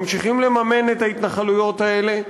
ממשיכים לממן את ההתנחלויות האלה,